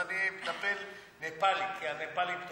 כי הנפאלים טובים.